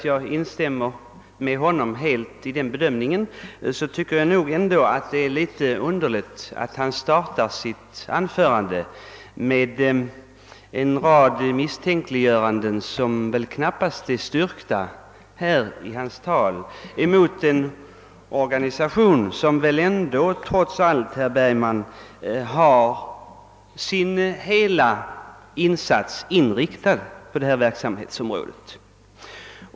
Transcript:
Jag instämmer i denna herr Bergmans bedömning men finner det underligt att han började sitt anförande med en rad misstänkliggöranden mot en organisation som trots allt, herr Bergman, helt är inriktad på att göra en insats på området. Jag fann att herr Bergman inte på något sätt kunde styrka sina påståenden därvidlag.